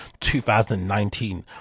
2019